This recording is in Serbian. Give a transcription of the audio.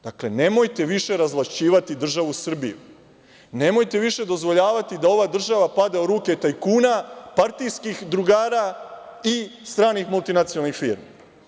Dakle, nemojte više razvlašćivati državu Srbiju, nemojte više dozvoljavati da ova država pada u ruke tajkuna, partijskih drugara i stranih multinacionalnih firmi.